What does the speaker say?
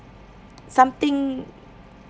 something